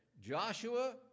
Joshua